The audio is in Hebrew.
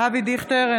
אבי דיכטר,